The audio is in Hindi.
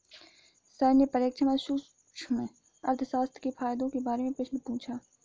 सर ने परीक्षा में सूक्ष्म अर्थशास्त्र के फायदों के बारे में प्रश्न पूछा